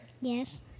Yes